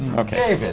okay. but